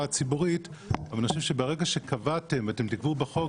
הציבורית אבל אני חושב שברגע שקבעתם ואתם תקבעו בחוק